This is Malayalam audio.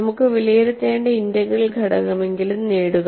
നമുക്ക് വിലയിരുത്തേണ്ട ഇന്റഗ്രൽ ഘടകമെങ്കിലും നേടുക